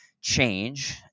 change